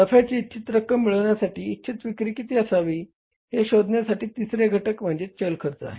नफ्याची इच्छित रक्कम मिळविण्यासाठी इच्छित विक्री किती असावी हे शोधण्यासाठी तिसरे घटक म्हणजे चल खर्च आहे